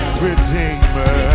redeemer